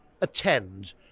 attend